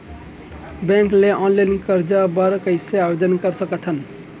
Bank ले online करजा बर कइसे आवेदन कर सकथन?